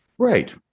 Right